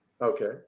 Okay